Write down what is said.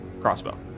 crossbow